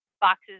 boxes